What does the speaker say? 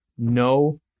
No